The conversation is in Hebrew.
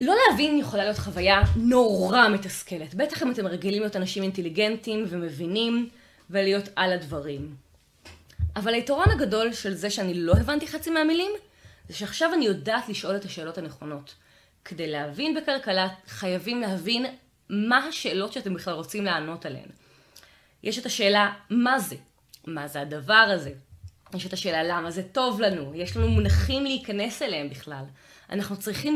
לא להבין יכולה להיות חוויה נורא מתסכלת. בטח אם אתם רגילים להיות אנשים אינטליגנטים ומבינים ולהיות על הדברים. אבל היתרון הגדול של זה שאני לא הבנתי חצי מהמילים זה שעכשיו אני יודעת לשאול את השאלות הנכונות. כדי להבין בכלכלה חייבים להבין מה השאלות שאתם בכלל רוצים לענות עליהן. יש את השאלה מה זה? מה זה הדבר הזה? יש את השאלה למה זה טוב לנו? יש לנו מונחים להיכנס אליהם בכלל? אנחנו צריכים...